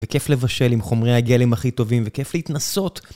וכיף לבשל עם חומרי הגלם הכי טובים, וכיף להתנסות.